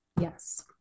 Yes